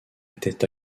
étaient